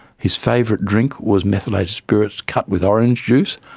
his favourite drink was methylated spirits cut with orange juice.